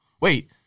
wait